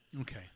Okay